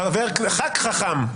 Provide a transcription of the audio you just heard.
ח"כ חכ"מ.